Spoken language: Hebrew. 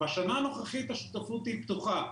בשנה הנוכחית השותפות היא פתוחה.